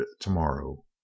tomorrow